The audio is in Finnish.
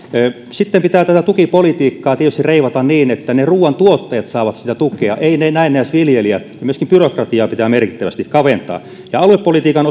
sitten pitää tätä tukipolitiikkaa tietysti reivata niin että ne ruuantuottajat saavat tukea eivät ne näennäisviljelijät ja myöskin byrokratiaa pitää merkittävästi kaventaa ja aluepolitiikan